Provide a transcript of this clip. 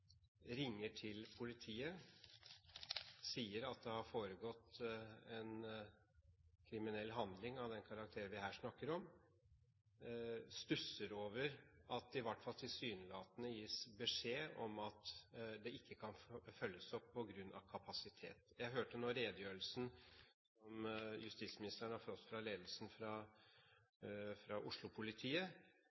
ringer til politiet og sier at det har foregått en kriminell handling av den karakter vi her snakker om, at det i hvert fall tilsynelatende gis beskjed om at det ikke kan følges opp på grunn av kapasitet. Jeg hørte nå redegjørelsen som justisministeren har fått fra ledelsen